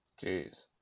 Jeez